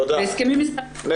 בהסכמים מסחריים --- תודה.